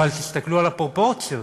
אבל תסתכלו על הפרופורציות: